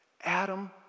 Adam